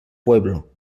pueblo